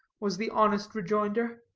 was the honest rejoinder.